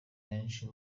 menshi